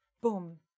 Boom